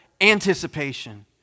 anticipation